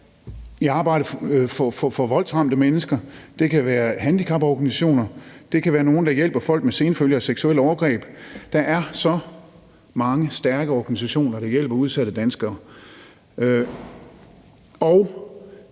i arbejdet for voldsramte mennesker. Det kan være handicaporganisationer. Det kan være nogle, der hjælper folk med senfølger af seksuelle overgreb. Der er så mange stærke organisationer, der hjælper udsatte danskere,